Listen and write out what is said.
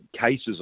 cases